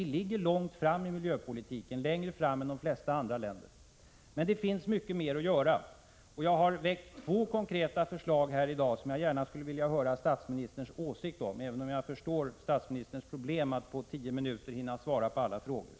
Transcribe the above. Vi liggerlångt fram i miljöpolitiken, längre fram än de flesta andra länder, men det finns mycket mer att göra. Jag har väckt två konkreta förslag här i dag, som jag gärna skulle vilja höra statsministerns åsikt om — även om jag förstår statsministerns problem att på tio minuter hinna svara på alla frågor.